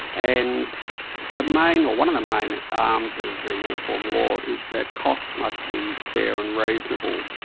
and the main, or one of the main arms of the uniform law is that costs must be fair and reasonable,